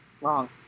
Wrong